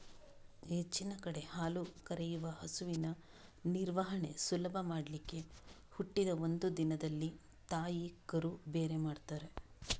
ಹೆಚ್ಚಿನ ಕಡೆ ಹಾಲು ಕರೆಯುವ ಹಸುವಿನ ನಿರ್ವಹಣೆ ಸುಲಭ ಮಾಡ್ಲಿಕ್ಕೆ ಹುಟ್ಟಿದ ಒಂದು ದಿನದಲ್ಲಿ ತಾಯಿ ಕರು ಬೇರೆ ಮಾಡ್ತಾರೆ